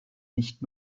nicht